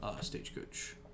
stagecoach